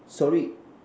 sorry